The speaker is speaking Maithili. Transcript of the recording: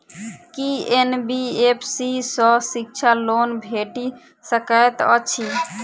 की एन.बी.एफ.सी सँ शिक्षा लोन भेटि सकैत अछि?